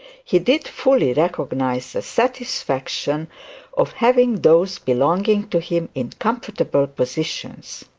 he did fully recognise the satisfaction of having those belonging to him in comfortable positions.